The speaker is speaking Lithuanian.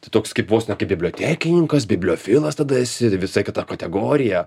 tai toks kaip vos ne kaip bibliotekininkas bibliofilas tada esi visai kita kategorija